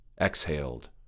exhaled